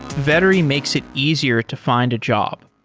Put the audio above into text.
vettery makes it easier to find a job.